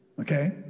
Okay